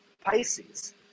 Pisces